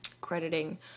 crediting